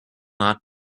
not